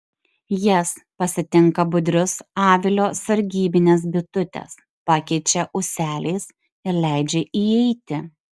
jas pasitinka budrius avilio sargybinės bitutės pakeičia ūseliais ir leidžia įeiti